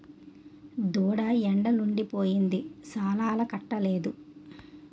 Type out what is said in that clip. దూడ ఎండలుండి పోయింది సాలాలకట్టలేదు